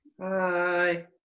Hi